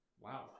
Wow